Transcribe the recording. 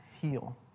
heal